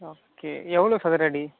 okay எவ்வளோ சதுரடி